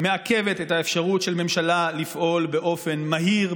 את האפשרות של ממשלה לפעול באופן מהיר,